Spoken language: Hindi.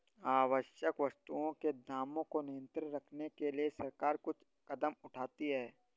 आवश्यक वस्तुओं के दामों को नियंत्रित रखने के लिए सरकार कुछ कदम उठाती है